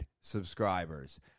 subscribers